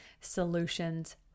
solutions